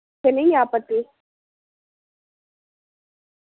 कनेही आपत्ति